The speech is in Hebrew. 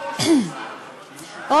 דברי על הרפורמות במשרד המשפטים.